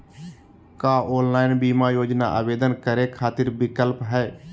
का ऑनलाइन बीमा योजना आवेदन करै खातिर विक्लप हई?